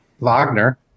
Wagner